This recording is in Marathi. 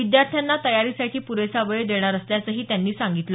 विद्यार्थ्यांना तयारीसाठी पुरेसा वेळ देणार असल्याचंही सामंत यांनी सांगितलं